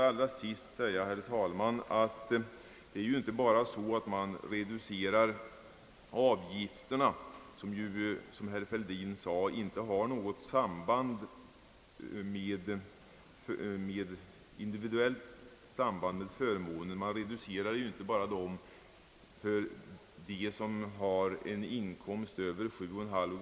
Till sist vill jag säga att man ju inte reducerar avgifterna bara för dem som har inkomst över 7,5 gånger basbeloppet, som herr Fälldin sade på tal om avsaknad av individuellt samband mellan avgifter och förmåner.